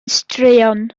straeon